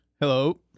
Hello